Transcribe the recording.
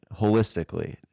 holistically